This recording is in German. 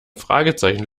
fragezeichen